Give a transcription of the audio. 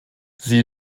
sie